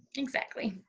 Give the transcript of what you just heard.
exactly.